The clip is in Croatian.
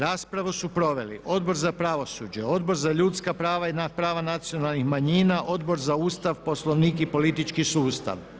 Raspravu su proveli Odbor za pravosuđe, Odbor za ljudska prava i prava nacionalnih manjina, Odbor za Ustav, Poslovnik i politički sustav.